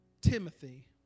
Timothy